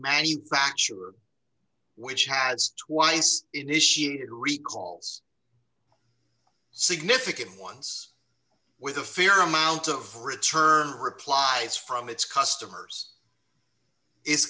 manufacturer which has twice initiated recalls significant ones with a fair amount of return replies from its customers is